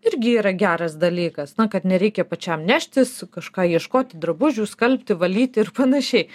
irgi yra geras dalykas na kad nereikia pačiam neštis kažką ieškoti drabužių skalbti valyti ir panašiai